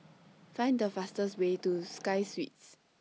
Find The fastest Way to Sky Suites